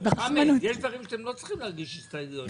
חמד, יש דברים שאתם לא צריכים להגיש הסתייגויות.